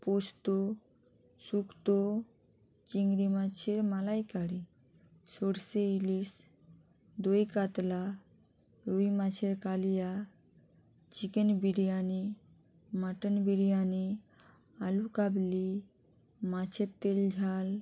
পোস্ত শুক্তো চিংড়ি মাছের মালাইকারি সরষে ইলিশ দই কাতলা রুই মাছের কালিয়া চিকেন বিরিয়ানি মাটন বিরিয়ানি আলুকাবলি মাছের তেল ঝাল